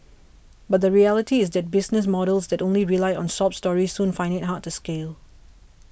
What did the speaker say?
but the reality is that business models that only rely on sob stories soon find it hard to scale